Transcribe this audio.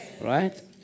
Right